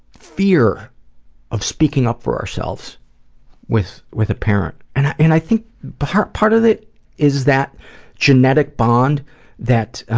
fear of speaking up for ourselves with with a parent. and i and i think the hard part of it is the genetic bond that,